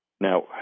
now